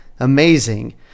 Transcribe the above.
Amazing